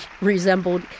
resembled